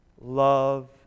love